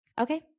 Okay